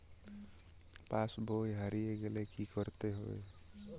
পাশবই হারিয়ে গেলে কি করতে হবে?